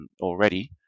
already